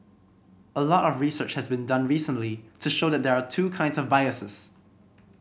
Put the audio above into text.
a lot of research has been done recently to show that there are two kinds of biases